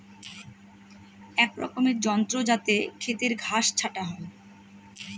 এক রকমের যন্ত্র যাতে খেতের ঘাস ছাটা হয়